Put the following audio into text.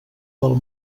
del